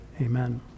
Amen